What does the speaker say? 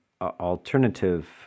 alternative